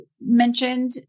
mentioned